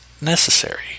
necessary